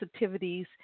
sensitivities